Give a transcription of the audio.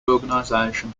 organization